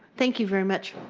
thank you very much.